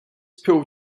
pill